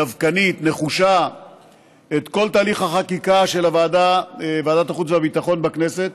דווקנית ונחושה את כל תהליך החקיקה של ועדת החוץ והביטחון בכנסת,